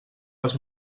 les